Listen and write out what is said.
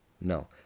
no